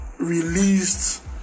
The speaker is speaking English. released